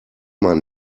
man